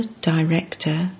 director